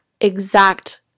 exact